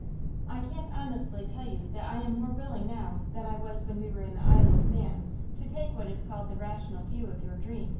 i can't honestly tell you that i am more willing now than i was when we were in the isle of man to take what is called the rational view of your dream.